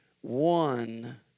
one